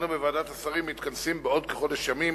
אנו, בוועדת השרים, מתכנסים בעוד כחודש ימים